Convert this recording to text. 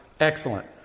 excellent